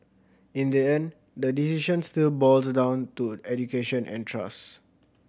in the end the decision still boils down to education and trust